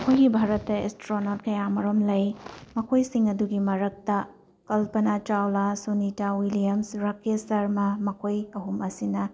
ꯑꯩꯈꯣꯏꯒꯤ ꯚꯥꯔꯠꯇ ꯑꯦꯁꯇ꯭ꯔꯣꯅꯣꯠ ꯀꯌꯥꯃꯔꯨꯝ ꯂꯩ ꯃꯈꯣꯏꯁꯤꯡ ꯑꯗꯨꯒꯤ ꯃꯔꯛꯇ ꯀꯜꯄꯅꯥ ꯆꯧꯂꯥ ꯁꯨꯅꯤꯇꯥ ꯋꯤꯜꯂꯤꯌꯝ ꯔꯥꯀꯦꯁ ꯁ꯭ꯔꯃ ꯃꯈꯣꯏ ꯑꯍꯨꯝ ꯑꯁꯤꯅ